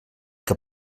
que